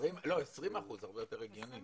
לא, 20% הרבה יותר הגיוני.